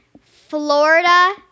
Florida